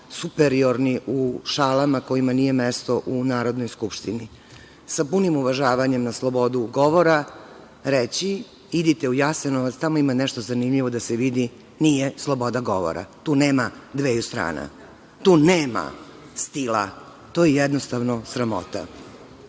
superiorni u šalama kojima nije mesto u Narodnoj skupštini. Sa punim uvažavanjem na slobodu govora reći – idite u Jasenovac, tamo ima nešto zanimljivo da se vidi, nije sloboda govora. Tu nema dveju strana. Tu nema stila. To je jednostavno sramota.